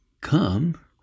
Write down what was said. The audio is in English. come